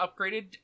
upgraded